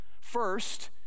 first